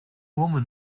woman